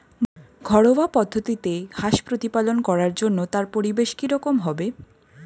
ঘরোয়া পদ্ধতিতে হাঁস প্রতিপালন করার জন্য তার পরিবেশ কী রকম হবে?